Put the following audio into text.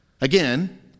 Again